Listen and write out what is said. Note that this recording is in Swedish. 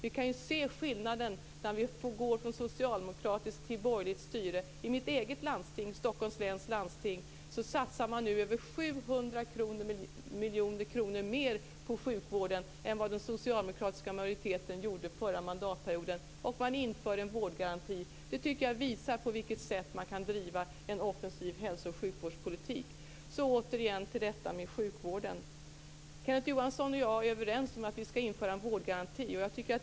Vi kan se skillnaden från socialdemokratiskt till borgerligt styre i mitt eget landsting, Stockholms läns landsting. Där satsas nu över 700 miljoner kronor mer på sjukvården än vad den socialdemokratiska majoriteten gjorde under den förra mandatperioden. En vårdgaranti införs. Det visar på vilket sätt det går att driva en offensiv hälso och sjukvårdspolitik. Så återigen tillbaka till frågan om sjukvården. Kenneth Johansson och jag är överens om att införa en vårdgaranti.